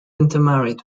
intermarried